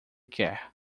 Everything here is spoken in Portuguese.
quer